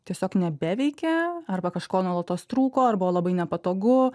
tiesiog nebeveikė arba kažko nuolatos trūko ar buvo labai nepatogu